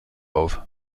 auf